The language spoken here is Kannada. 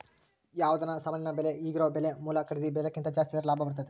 ಯಾವುದನ ಸಾಮಾನಿನ ಬೆಲೆ ಈಗಿರೊ ಬೆಲೆ ಮೂಲ ಖರೀದಿ ಬೆಲೆಕಿಂತ ಜಾಸ್ತಿದ್ರೆ ಲಾಭ ಬರ್ತತತೆ